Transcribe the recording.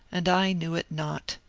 and i knew it not.